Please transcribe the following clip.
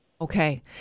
Okay